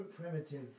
primitive